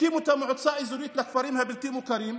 והקימו את המועצה האזורית לכפרים הבלתי-מוכרים.